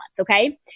okay